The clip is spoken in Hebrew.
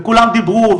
וכולם דיברו,